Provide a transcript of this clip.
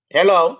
Hello